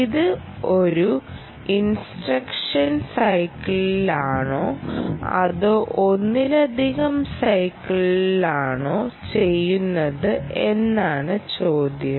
ഇത് ഒരു ഇൻസ്ട്രക്ഷൻ സൈക്കിളിലാണോ അതോ ഒന്നിലധികം സൈക്കിളുകളിലാണോ ചെയ്യുന്നത് എന്നതാണ് ചോദ്യം